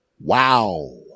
Wow